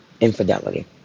Infidelity